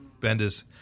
Bendis